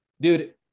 dude